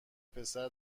پسر